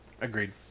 agreed